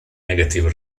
negative